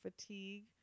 fatigue